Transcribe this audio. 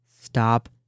Stop